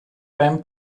beim